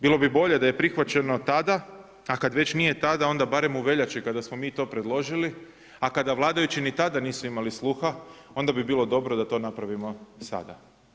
Bilo bi bolje da je prihvaćeno tada, a kad već nije tada, onda barem u veljači kada smo mi to predložili, a kada vladajući ni tada nisu imali sluha, onda bi bilo dobro da to napravimo sada.